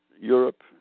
Europe